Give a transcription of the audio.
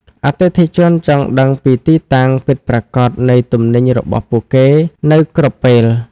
អតិថិជនចង់ដឹងពីទីតាំងពិតប្រាកដនៃទំនិញរបស់ពួកគេនៅគ្រប់ពេល។